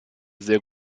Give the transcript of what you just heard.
sehr